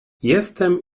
jestem